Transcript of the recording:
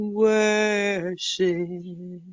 worship